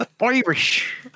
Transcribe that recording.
Irish